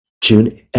June